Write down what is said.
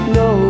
no